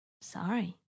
sorry